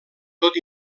tot